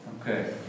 Okay